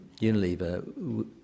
Unilever